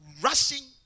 Rushing